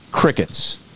crickets